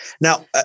Now